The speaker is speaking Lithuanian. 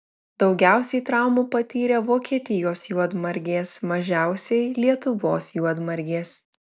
daugiausiai traumų patyrė vokietijos juodmargės mažiausiai lietuvos juodmargės